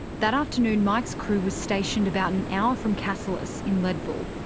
that afternoon, mike's crew was stationed about an hour from cassilis, in leadville.